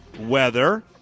weather